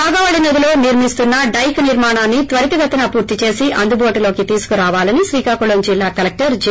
నాగావళి నదిలో నిర్కిస్తున్న డైక్ నిర్మాణాన్ని త్వరితగతిన పూర్తి చేసి అందుబాటులోకి తీసుకురావాలని శ్రీకాకుళం జిల్లా కలెక్టర్ జె